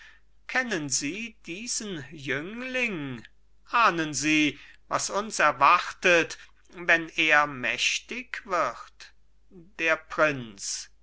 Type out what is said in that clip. kennen sie diesen jüngling ahnden sie was uns erwartet wenn er mächtig wird der prinz